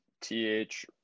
TH